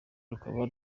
rukaba